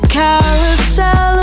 carousel